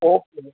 okay